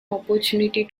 opportunity